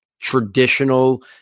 traditional